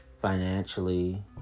financially